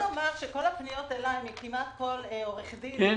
עורכי דין מפה ועורכי דין מפה?